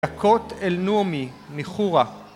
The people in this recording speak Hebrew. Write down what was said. דקות אל נעמי, ניחורה